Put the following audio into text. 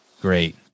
Great